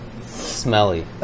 Smelly